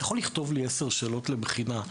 אתה יכול לכתוב לי עשר שאלות לבחינה?